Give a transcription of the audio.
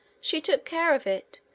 she took care of it,